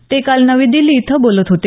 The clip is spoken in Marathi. ते काल नवी दिल्ली इथं बोलत होते